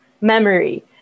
memory